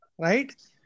right